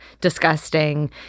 disgusting